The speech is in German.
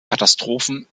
katastrophen